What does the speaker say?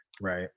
Right